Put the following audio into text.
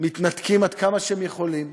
מתנתקים עד כמה שהם יכולים,